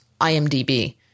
IMDB